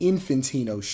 Infantino